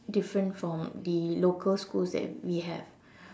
different from the local schools that we have